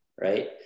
Right